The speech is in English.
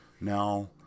Now